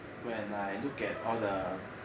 when I look at all the